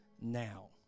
now